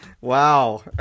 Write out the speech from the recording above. Wow